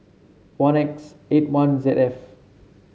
one X eight one Z F